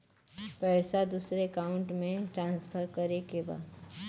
पैसा दूसरे अकाउंट में ट्रांसफर करें के बा?